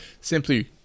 simply